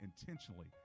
intentionally